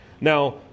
Now